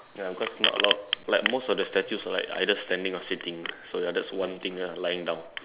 ya cause not a lot of like most of the statues are like either standing or sitting so ya that's one thing ya lying down